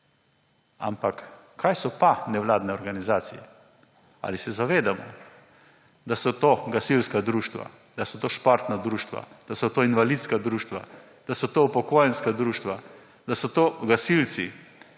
ampak, kaj so pa nevladne organizacije? Ali se zavedamo, da so to gasilska društva, da so to športna društva, da so to invalidska društva, da so to upokojenska društva, da so to gasilci.